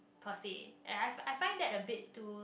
per se and I I find that a bit too